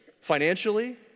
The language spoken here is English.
Financially